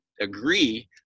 agree